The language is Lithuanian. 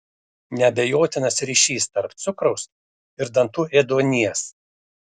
neabejotinas ryšys tarp cukraus ir dantų ėduonies